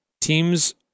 Teams